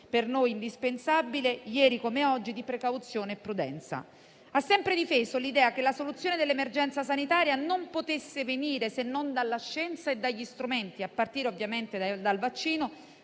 per noi indispensabile, ieri come oggi, di precauzione e prudenza. Ha sempre difeso l'idea che la soluzione dell'emergenza sanitaria non potesse venire se non dalla scienza e dagli strumenti, a partire ovviamente dal vaccino